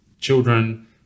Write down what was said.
children